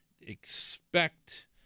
expect